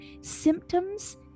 symptoms